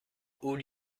haut